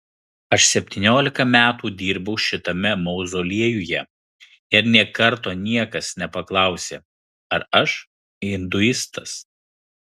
aš septyniolika metų dirbau šitame mauzoliejuje ir nė karto niekas nepaklausė ar aš hinduistas